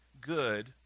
good